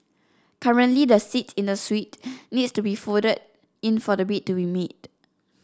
currently the seat in the suite needs to be folded in for the bed to be made